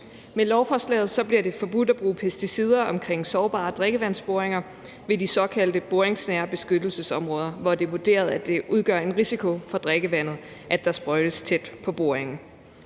Med lovforslaget bliver det forbudt at bruge pesticider omkring sårbare drikkevandsboringer ved de såkaldte boringsnære beskyttelsesområder, hvor det er vurderet, at det udgør en risiko for drikkevandet, at der sprøjtes tæt på boringen.